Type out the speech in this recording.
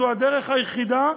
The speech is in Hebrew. זו הדרך היחידה,